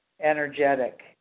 energetic